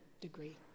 degree